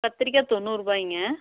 கத்திரிக்காய் தொண்ணூறுரூபாய்ங்க